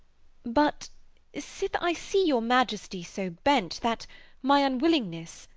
but sith i see your majesty so bent, that my unwillingness,